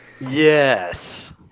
yes